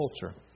culture